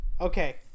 Okay